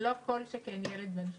שכן ילד בן שמונה.